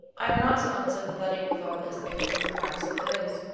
i am not so unsympathetic with all this as you may perhaps suppose.